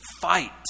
fight